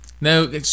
No